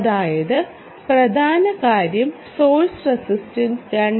അതാണ് പ്രധാന കാര്യം സോഴ്സ് റെസിസ്റ്റൻസ് 2